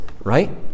right